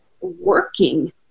working